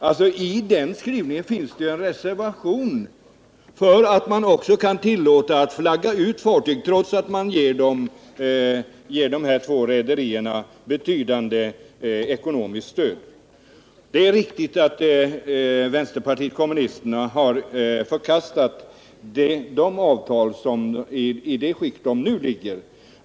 I en sådan skrivning ligger ju en viss reservation för att man också kan tillåta att fartyg flaggas ut, trots att man ger dessa två rederier betydande ekonomiskt stöd. Det är riktigt att vänsterpartiet kommunisterna har förkastat avtalet i det skick det nu är.